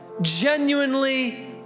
genuinely